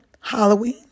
Halloween